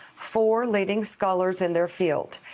four leading scholars in their field,